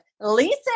Lisa